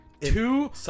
Two